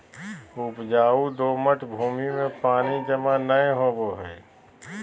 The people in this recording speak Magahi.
उपजाऊ दोमट भूमि में पानी जमा नै होवई हई